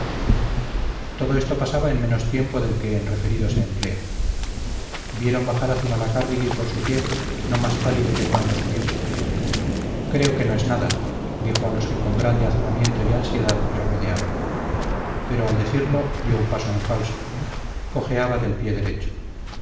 todo esto pasaba en menos tiempo del que en referirlo se emplea vieron bajar a zumalacárregui por su pie no más pálido que cuando subió creo que no es nada dijo a los que con grande azoramiento y ansiedad le rodearon pero al decirlo dio un paso en falso cojeaba del pie derecho